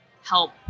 help